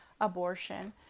abortion